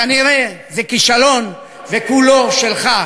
כנראה זה כישלון, וכולו שלך,